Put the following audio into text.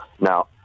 Now